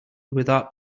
without